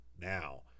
now